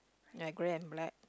like grey and black